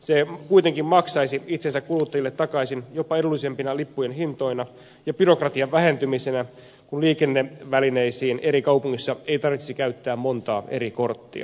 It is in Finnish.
se kuitenkin maksaisi itsensä kuluttajille takaisin jopa edullisempina lippujen hintoina ja byrokratian vähentymisenä kun liikennevälineisiin eri kaupungeissa ei tarvitsisi käyttää montaa eri korttia